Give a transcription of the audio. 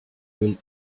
will